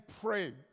pray